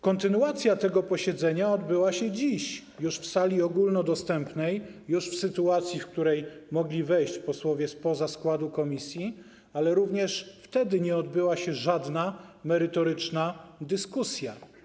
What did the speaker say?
Kontynuacja tego posiedzenia odbyła się dziś, już w sali ogólnodostępnej, do której mogli wejść posłowie spoza składu komisji, ale również wtedy nie odbyła się żadna merytoryczna dyskusja.